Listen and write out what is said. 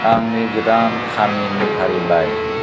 आंनि गोदान खामिनि फारिलाइ